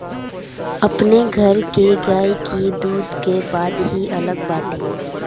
अपनी घर के गाई के दूध के बात ही अलग बाटे